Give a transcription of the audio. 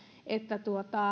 että